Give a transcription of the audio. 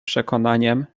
przekonaniem